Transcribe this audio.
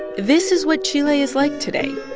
this is what chile is like today.